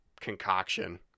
concoction